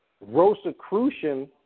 Rosicrucian